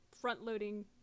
front-loading